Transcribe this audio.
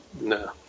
No